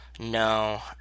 No